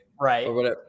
Right